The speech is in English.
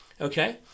Okay